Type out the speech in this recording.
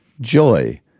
joy